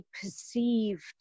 perceived